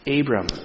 Abram